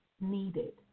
needed